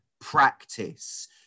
practice